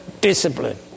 discipline